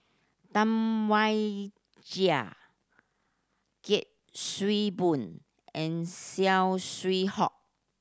Tam Wai Jia Kuik Swee Boon and Saw Swee Hock